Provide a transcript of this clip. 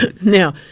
Now